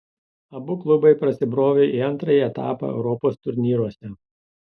abu klubai prasibrovė į antrąjį etapą europos turnyruose